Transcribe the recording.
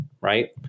right